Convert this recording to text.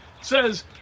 Says